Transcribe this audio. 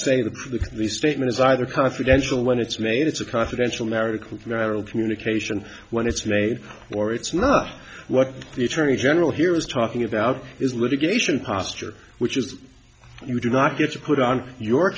that the the statement is either confidential when it's made it's a confidential america merrill communication when it's made or it's not what the attorney general here is talking about is litigation posture which is you do not get to put on your